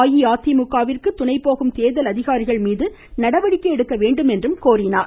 மேலும் அஇஅதிமுக விற்கு துணைபோகும் தேர்தல் அதிகாரிகள் மீது நடவடிக்கை எடுக்கவேண்டும் என்றும் அவர் கோரியுள்ளார்